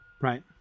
right